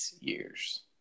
years